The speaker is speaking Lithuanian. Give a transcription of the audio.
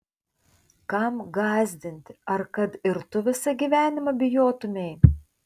kam gąsdinti ar kad ir tu visą gyvenimą bijotumei